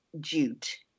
jute